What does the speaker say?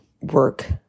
work